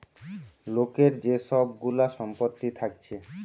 লোকের যে সব গুলা সম্পত্তি থাকছে